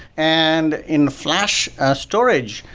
and in flash ah storage,